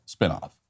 spinoff